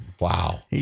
Wow